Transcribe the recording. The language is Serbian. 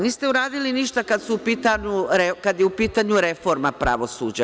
Niste uradili ništa kada je u pitanju reforma pravosuđa.